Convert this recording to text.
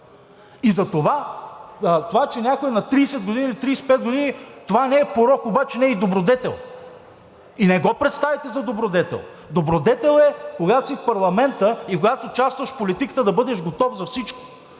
И затова това, че някой е на 30, на 35 години не е порок, обаче не е и добродетел и не го представяйте за добродетел. Добродетел е, когато си в парламента и когато участваш в политиката, да бъдеш готов за всичко